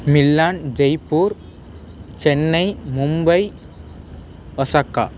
Milan Jaipur Chennai Mumbai Osaka